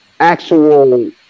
Actual